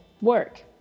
work